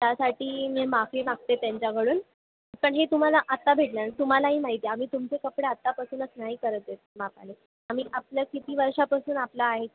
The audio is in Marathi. त्यासाठी मी माफी मागते त्यांच्याकडून पण हे तुम्हाला आत्ता भेटेल तुम्हालाही माहिती आहे आम्ही तुमचे कपडे आत्तापासूनच नाही करत आहेत मापाने आम्ही आपल्या किती वर्षापासून आपला आहे